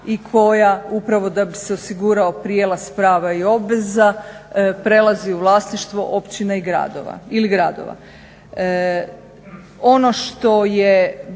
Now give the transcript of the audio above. i koja upravo da bi se osigurao prijelaz prava i obveza prelazi u vlasništvo općine ili gradova. Ono što je